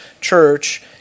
church